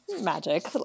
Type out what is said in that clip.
Magic